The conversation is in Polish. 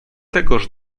tegoż